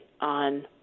on